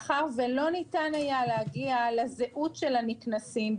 מאחר שלא ניתן היה להגיע לזהות של הנקנסים,